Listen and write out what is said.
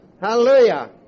Hallelujah